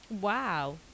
Wow